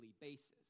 basis